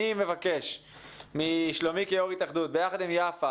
אני מבקש משלומי כיושב-ראש ההתאחדות יחד עם יפה